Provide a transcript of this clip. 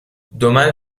دمل